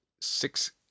six